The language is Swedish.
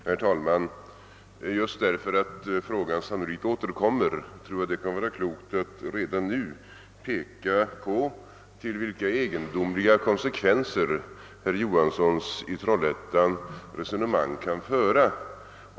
Herr talman! Just därför att frågan sannolikt återkommer tror jag att det kan vara klokt att redan nu peka på de egendomliga konsekvenser som herr Johanssons i Trollhättan resonemang kan få.